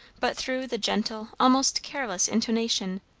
but through the gentle, almost careless intonation,